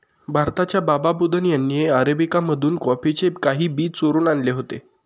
भारताच्या बाबा बुदन यांनी अरेबिका मधून कॉफीचे काही बी चोरून आणले होते